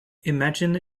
imagine